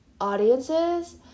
audiences